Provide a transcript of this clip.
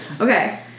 Okay